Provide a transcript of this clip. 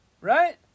Right